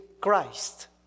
Christ